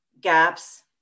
gaps